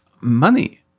money